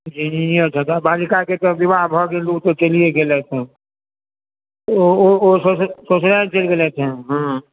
जे नीयत हेताह बालिका के तऽ विवाह भऽ गेल ओ चलिये गेलथि हनि ओ ससुरारि चलि गेलथि हनि